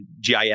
GIS